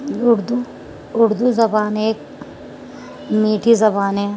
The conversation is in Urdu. اردو اردو زبان ایک میٹھی زبان ہے